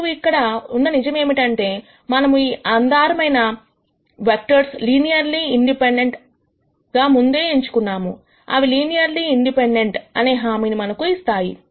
మరియు ఇక్కడ ఉన్న నిజం ఏమిటంటే మనము ఈ ఆధారమైన వెక్టర్స్ లినియర్లీ ఇండిపెండెంట్ గా ముందే ఎంచుకున్నాము అవి లినియర్లీ ఇండిపెండెంట్ అనే హామీను మనకు ఇస్తాయి